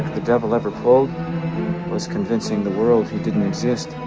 the devil ever pulled was convincing the world he didn't exist.